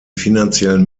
finanziellen